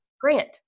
Grant